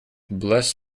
bless